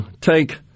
take